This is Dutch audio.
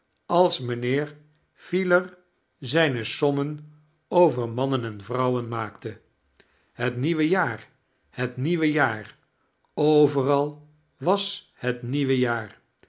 is mijnheer filer zijne sommen over mannen en vrouwen maakte het nieuwe jaar het nieuwe jaar overal was het nieuwe jaar